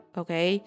okay